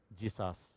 Jesus